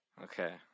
Okay